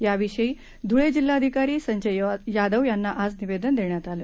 याविषयी धुळे जिल्हाधिकारी संजय यादव यांना आज निवेदन देण्यात आले